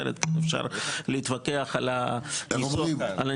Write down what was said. אפשר להתווכח על הניסוח.